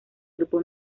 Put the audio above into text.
grupo